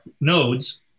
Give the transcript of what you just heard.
nodes